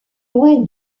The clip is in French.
loin